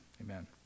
amen